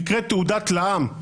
נקראת תעודת לע"מ.